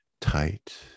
tight